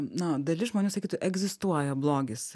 na dalis žmonių sakytų egzistuoja blogis